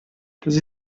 dass